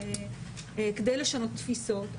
כדי לשנות תפיסות.